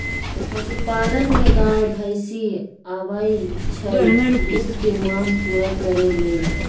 पशुपालन में गाय भइसी आबइ छइ दूध के मांग पुरा करे लेल